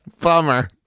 bummer